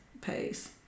pace